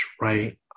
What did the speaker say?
right